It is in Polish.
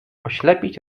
oślepić